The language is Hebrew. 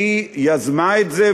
היא יזמה את זה,